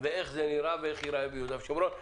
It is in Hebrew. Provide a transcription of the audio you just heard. איך זה נראה ואיך ייראה ביהודה ושומרון.